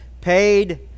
paid